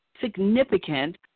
significant